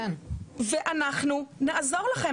ואנחנו נעזור לכם.